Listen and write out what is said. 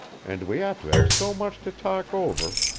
and we ought to have so much to talk over,